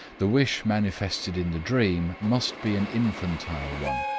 the wish manifested in the dream must be an infantile one.